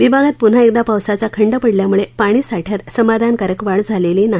विभागात पुन्हा एकदा पावसाचा खंड पडल्यामुळे पाणीसाठ्यात समाधानकारक वाढ झालेली नाही